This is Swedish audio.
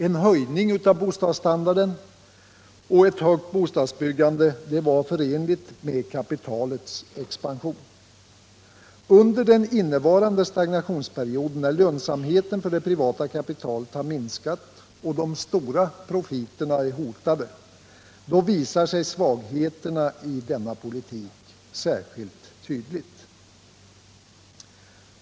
En höjning av bostadsstandarden och ett högt bostadsbyggande var förenliga med kapitalets expansion. Under den innevarande stagnationsperioden, när lönsamheten för det privata kapitalet har minskat och de stora profiterna är hotade, visar sig svagheterna i denna politik särskilt tydligt.